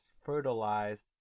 fertilized